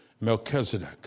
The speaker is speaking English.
Melchizedek